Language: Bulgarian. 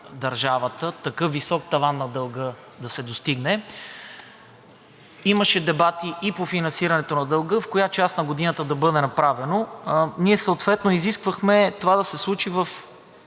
държавата такъв висок таван на дълга да се достигне! Имаше дебати и по финансирането на дълга, в коя част на годината да бъде направено. Ние съответно изисквахме това да се случи в